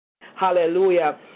Hallelujah